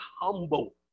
humble